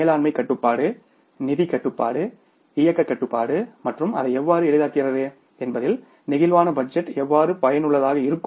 மேலாண்மை கட்டுப்பாடு நிதிக் கட்டுப்பாடு இயக்கக் கட்டுப்பாடு மற்றும் அதை எவ்வாறு எளிதாக்குகிறது என்பதில் பிளேக்சிபிள் பட்ஜெட் எவ்வாறு பயனுள்ளதாக இருக்கும்